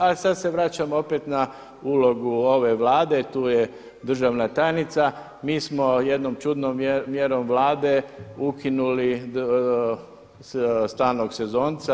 Ali se sada vraćamo opet na ulogu ove Vlade, tu je državna tajnica, mi smo jednom čudnom mjerom Vlade ukinuli stalnog sezonca.